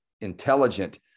intelligent